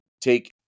take